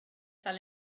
fell